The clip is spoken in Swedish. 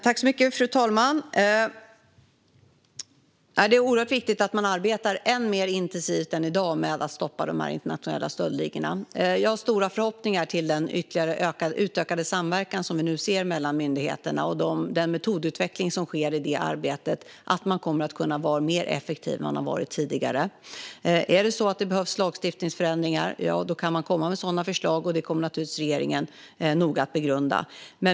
Fru talman! Det är oerhört viktigt att man arbetar ännu mer intensivt än i dag med att stoppa dessa internationella stöldligor. Jag har stora förhoppningar om att den ytterligare utökade samverkan vi ser mellan myndigheterna och den metodutveckling som sker i det arbetet kommer att göra myndigheterna mer effektiva än de tidigare varit. Är det så att det behövs lagstiftningsförändringar kan man komma med sådana förslag, och det kommer regeringen givetvis noga att begrunda.